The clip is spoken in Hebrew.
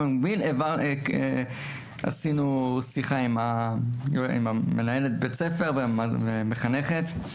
קיימנו שיחה עם מנהלת בית הספר ועם המחנכת.